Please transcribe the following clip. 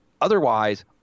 otherwise